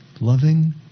loving